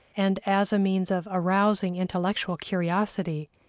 and as a means of arousing intellectual curiosity,